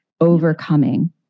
overcoming